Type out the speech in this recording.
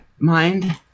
mind